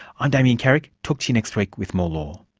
i'm damien carrick, talk to you next week with more law